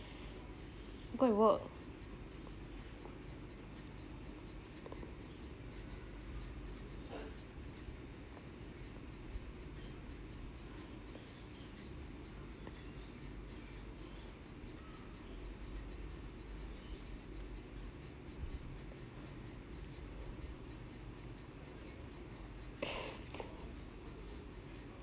go and work